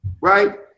right